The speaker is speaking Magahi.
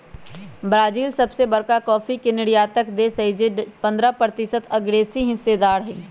ब्राजील सबसे बरका कॉफी के निर्यातक देश हई जे पंडह प्रतिशत असगरेहिस्सेदार हई